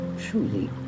truly